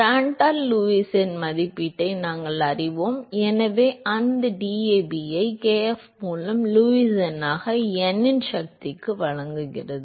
ப்ராண்ட்டால் Lewis எண் மதிப்பீட்டை நாங்கள் அறிவோம் எனவே அந்த DAB ஐ kf மூலம் லூயிஸ் எண்ணாக n இன் சக்திக்கு வழங்குகிறது